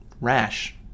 rash